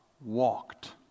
walked